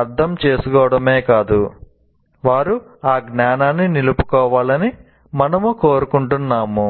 అర్థం చేసుకోవడమే కాదు వారు ఆ జ్ఞానాన్ని నిలుపుకోవాలని మనము కోరుకుంటున్నాము